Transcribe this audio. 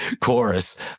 chorus